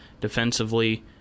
defensively